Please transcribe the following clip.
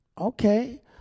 Okay